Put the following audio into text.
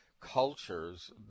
cultures